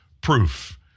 proof